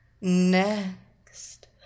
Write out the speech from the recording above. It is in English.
Next